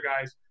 guys